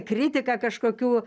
kritika kažkokių